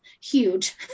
huge